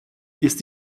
ist